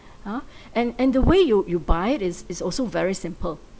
!huh! and and the way you you buy is is also very simple